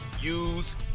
use